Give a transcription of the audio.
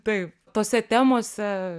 taip tose temose